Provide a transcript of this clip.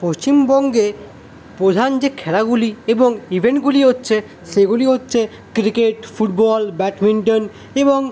পশ্চিমবঙ্গে প্রধান যে খেলাগুলি এবং ইভেন্টগুলি হচ্ছে সেগুলি হচ্ছে ক্রিকেট ফুটবল ব্যাটমিণ্টন এবং